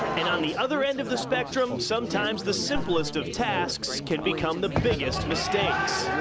and on the other end of the spectrum, sometimes the simplest of tasks can become the biggest mistakes.